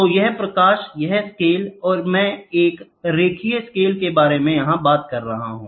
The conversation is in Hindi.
तो यह प्रकाश है यह स्केल है मैं एक रेखीय स्केल के बारे में बात कर रहा हूं